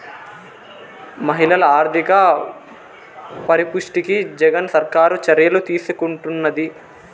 మహిళల ఆర్థిక పరిపుష్టికి జగన్ సర్కారు చర్యలు తీసుకుంటున్నది